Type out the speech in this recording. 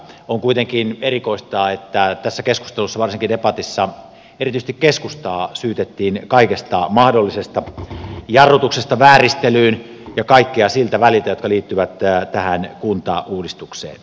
on kuitenkin erikoista että tässä keskustelussa varsinkin debatissa erityisesti keskustaa syytettiin kaikesta mahdollisesta jarrutuksesta vääristelyyn ja kaikkea siltä väliltä mikä liittyy tähän kuntauudistukseen